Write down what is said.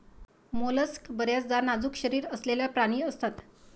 mollusc बर्याचदा नाजूक शरीर असलेले प्राणी असतात